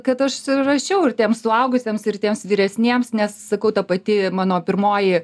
kad aš rašiau ir tiems suaugusiems ir tiems vyresniems nes sakau ta pati mano pirmoji